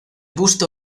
busto